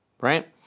right